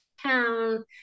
town